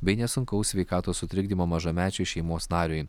bei nesunkaus sveikatos sutrikdymo mažamečiui šeimos nariui